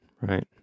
Right